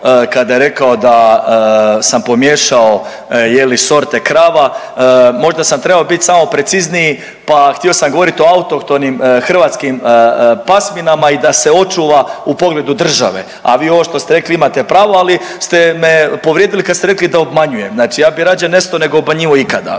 kada je rekao da sam pomiješao je li sorte krava, možda sam trebao bit samo precizniji, pa htio sam govorit o autohtonim hrvatskim pasminama i da se očuva u pogledu države, a vi ovo što ste rekli imate pravo, ali ste me povrijedili kad ste rekli da obmanjujem. Znači ja bi rađe nesto nego obmanjivao ikada